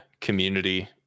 Community